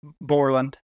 Borland